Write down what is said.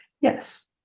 Yes